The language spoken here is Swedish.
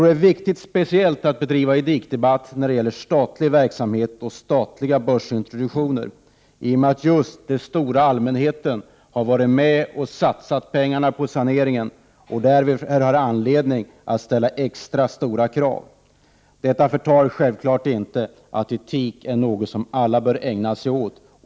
Det är särskilt viktigt att föra etikdebatt när det gäller statlig verksamhet och statliga börsintroduktioner, därför att den stora allmänheten har varit med och satsat pengar på saneringen och har därför anledning att ställa extra stora krav. Detta förtar självfallet inte värdet av påståendet att etik är något som alla bör ägna sig åt.